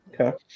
Okay